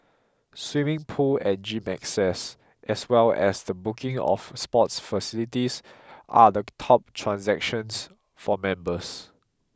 swimming pool and gym access as well as the booking of sports facilities are the top transactions for members